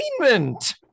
entertainment